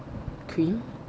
cream